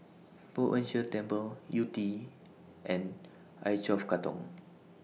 Poh Ern Shih Temple Yew Tee and I twelve Katong